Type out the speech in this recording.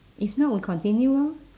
if not we continue lor